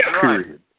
Period